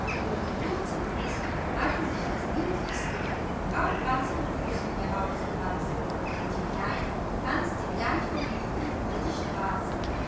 und in kurzer frist hatte sich das niedlichste und brauchbarste füßchen herausgewachsen und die kleine tanzte gleich vergnüglich über die straße